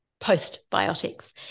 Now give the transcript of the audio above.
postbiotics